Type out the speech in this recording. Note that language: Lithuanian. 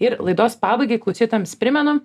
ir laidos pabaigai klausytojams primenu